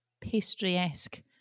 pastry-esque